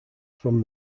from